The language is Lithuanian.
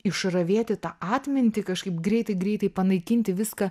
išravėti tą atmintį kažkaip greitai greitai panaikinti viską